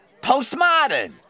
Postmodern